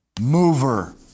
mover